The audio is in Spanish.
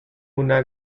una